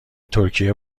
ترکیه